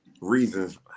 reasons